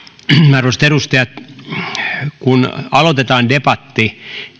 arvoisat edustajat kun aloitetaan debatti